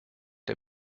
der